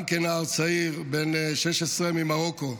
גם כנער צעיר בן 16 ממרוקו,